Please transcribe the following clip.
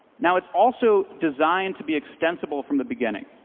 now, it's also designed to be extensible from the beginning.